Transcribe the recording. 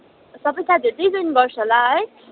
सबै साथीहरू त्यहीँ जइन गर्छ होला है